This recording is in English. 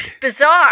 bizarre